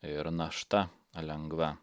ir našta lengva